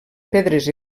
pedres